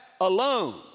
alone